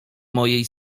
mojej